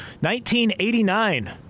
1989